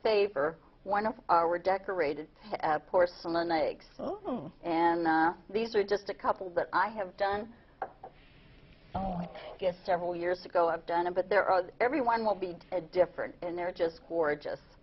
favor one of our were decorated porcelain eggs and these are just a couple that i have done several years ago i've done a but there are every one will be a different and they're just gorgeous